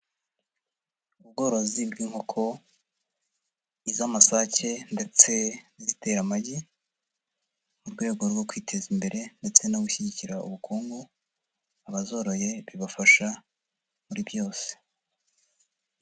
Ubworozi bw'inkoko iz'amasake ndetse n'izitera amagi, mu rwego rwo kwiteza imbere ndetse no gushyigikira ubukungu abazoroye bibafasha muri byose.